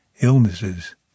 illnesses